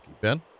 Ben